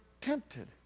tempted